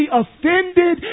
offended